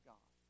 God